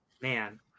man